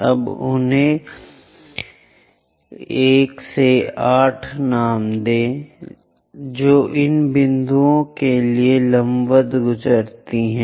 अब उन्हें 1 2 3 4 5 6 7 और 8 नाम दें जो इन बिंदुओं के लिए लंबवत गुजरती है